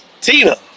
Tina